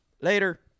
later